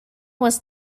was